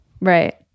Right